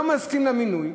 לא מסכים למינוי.